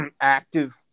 active